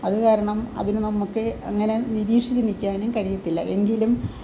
അതുകാരണം അതിനെ നമുക്ക് അങ്ങനെ നിരീക്ഷിച്ച് നിൽക്കാനും കഴിയത്തില്ല എങ്കിലും